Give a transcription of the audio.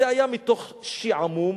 זה היה מתוך שעמום.